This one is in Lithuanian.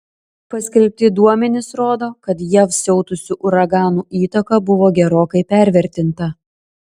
paskelbti duomenys rodo kad jav siautusių uraganų įtaka buvo gerokai pervertinta